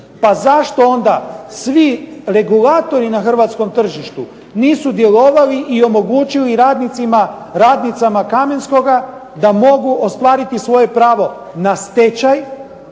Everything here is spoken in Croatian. Pa zašto onda svi regulatori na hrvatskom tržištu nisu djelovali i omogućili radnicama Kamenskoga da mogu ostvariti svoje pravo na stečaj,